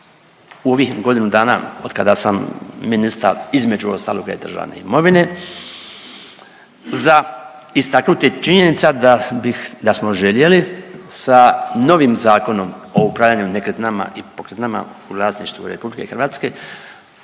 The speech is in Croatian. u ovih godinu dana od kada sam ministar između ostaloga i državne imovine za istaknut je činjenica da bih, da smo željeli sa novim zakonom o upravljanju nekretninama i pokretninama u vlasništvu RH uvesti